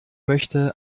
möchte